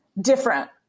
different